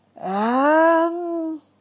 Um